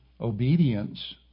obedience